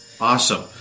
Awesome